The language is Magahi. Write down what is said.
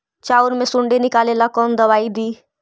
चाउर में से सुंडी निकले ला कौन दवाई दी?